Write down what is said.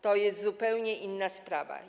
To jest zupełnie inna sprawa.